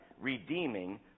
redeeming